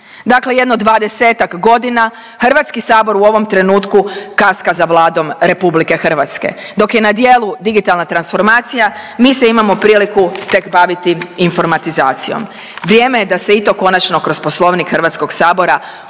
dakle jedno 20-tak godina HS u ovom trenutku kaska za Vladom HS, dok je na djelu digitalna transformacija mi se imamo priliku tek baviti informatizacijom, vrijeme je da se i to konačno kroz Poslovnik HS uskladi